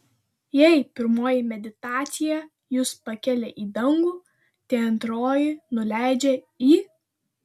jei pirmoji meditacija jus pakelia į dangų tai antroji nuleidžia į